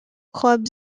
club